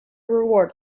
reward